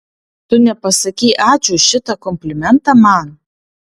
tu nepasakei ačiū už šitą komplimentą man